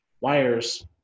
wires